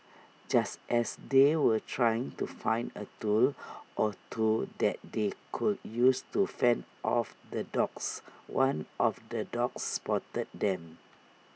just as they were trying to find A tool or two that they could use to fend off the dogs one of the dogs spotted them